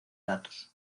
datos